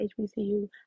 hbcu